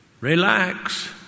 relax